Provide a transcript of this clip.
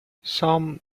some